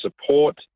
support